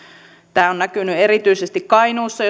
tämä on näkynyt erityisesti kainuussa